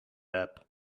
app